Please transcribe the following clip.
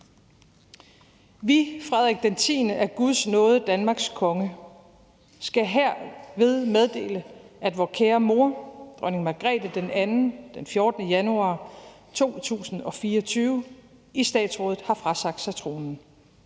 FREDERIK DEN TIENDE, af Guds Nåde Danmarks Konge, skal herved meddele, at Vor kære mor, Dronning Margrethe den Anden, den 14. januar 2024 i Statsrådet har frasagt sig tronen.